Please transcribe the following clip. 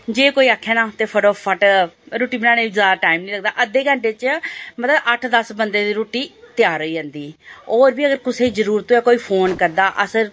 जे कोई आक्खै ना ते फटोफट रुट्टी बनाने ई जैदा टाइम निं लगदा अद्धे घैंटे च मतलब अट्ठ दस बंदें दी रुट्टी त्यार होई जंदी होर बी अगर कुसै ई जरूरत होवै कोई फोन करदा अस